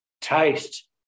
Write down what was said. taste